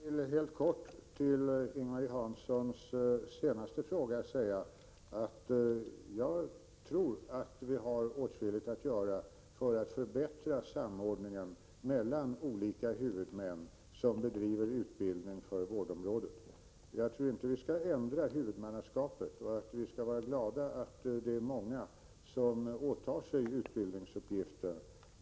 Herr talman! Som svar på Ing-Marie Hanssons sista fråga vill jag helt kortfattat säga att jag tror att det finns åtskilligt att göra för att förbättra samordningen mellan olika huvudmän som bedriver utbildning för vårdområdet. Jag tror inte att vi skall ändra huvudmannaskapet utan i stället vara glada över att det är många som åtar sig utbildningsuppgiften.